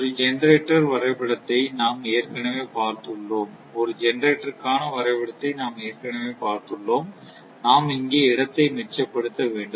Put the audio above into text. ஒரு ஜெனரேட்டர் க்காண வரைபடத்தை நாம் ஏற்கனவே பார்த்துள்ளோம் நாம் இங்கே இடத்தை மிச்சப்படுத்த வேண்டும்